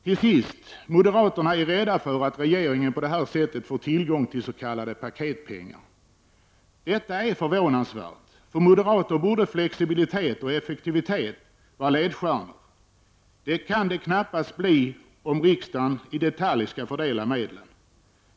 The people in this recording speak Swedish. Till sist: Moderaterna är rädda för att regeringen på det här sättet får tillgång till s.k. paketpengar. Detta är förvånansvärt. För moderater borde flexibilitet och effektivitet vara ledstjärnor. Det kan knappast bli flexibilitet och effektivitet, om regeringen i detalj skall fördela medlen.